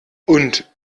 und